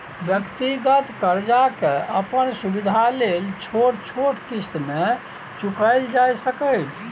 व्यक्तिगत कर्जा के अपन सुविधा लेल छोट छोट क़िस्त में चुकायल जाइ सकेए